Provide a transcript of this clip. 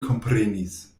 komprenis